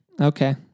Okay